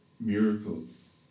miracles